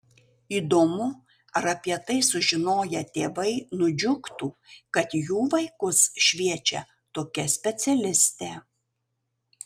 įdomu ar apie tai sužinoję tėvai nudžiugtų kad jų vaikus šviečia tokia specialistė